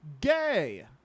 gay